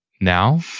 now